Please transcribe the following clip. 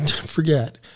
forget